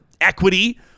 equity